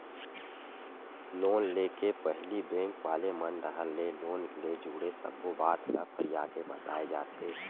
loan ले के पहिली बेंक वाले मन डाहर ले लोन ले जुड़े सब्बो बात ल फरियाके बताए जाथे